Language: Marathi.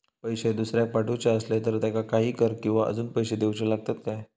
पैशे दुसऱ्याक पाठवूचे आसले तर त्याका काही कर किवा अजून पैशे देऊचे लागतत काय?